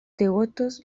devotos